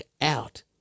out